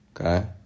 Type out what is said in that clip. Okay